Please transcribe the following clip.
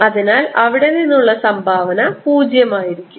അതിനാൽ അവിടെ നിന്നുള്ള സംഭാവന 0 ആയിരിക്കും